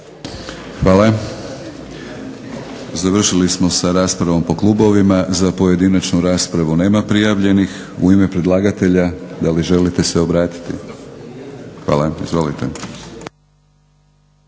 Hvala. Završili smo sa raspravom po klubovima. Za pojedinačnu raspravu nema prijavljenih. U ime predlagatelja da li želite se obratiti? Hvala. Izvolite.